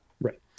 Right